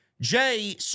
Jay